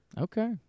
Okay